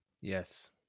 Yes